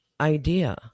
idea